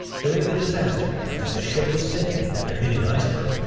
during the disaster, as the ship was sinking after hitting an iceberg,